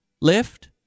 lift